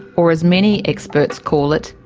or as many experts call it,